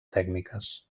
tècniques